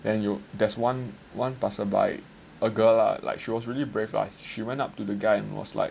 then 有 there was one passer by a girl lah like she was really brave lah she went up to the guy and was like